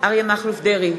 אריה מכלוף דרעי,